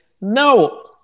no